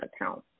account